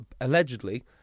allegedly